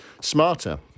smarter